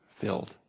filled